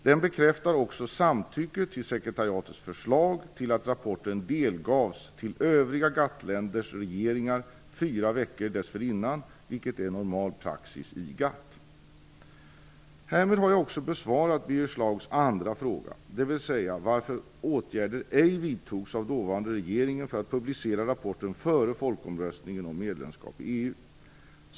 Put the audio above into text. Det bekräftar också samtycke till sekretariatets förslag att rapporten skulle delges övriga GATT-länders regeringar fyra veckor dessförinnan, vilket är normal praxis i GATT. Härmed har jag också besvarat Birger Schlaugs andra fråga, dvs. varför åtgärder ej vidtogs av den dåvarande regeringen för att publicera rapporten före folkomröstningen om medlemskap i EU.